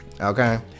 Okay